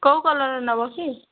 କେଉଁ କଲର୍ର ନେବ କି